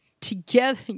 together